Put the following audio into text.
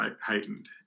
heightened